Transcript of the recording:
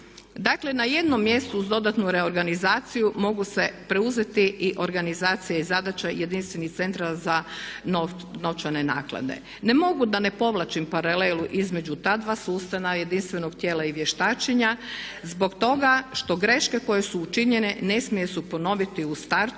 Dakle, na jednom mjestu uz dodatnu reorganizaciju mogu se preuzeti i organizacija i zadaća jedinstvenih centara za novčane naknade. Ne mogu da ne povlačim paralelu između ta dva sustava jedinstvenog tijela i vještačenja zbog toga što greške koje su učinjene ne smiju se ponoviti u startu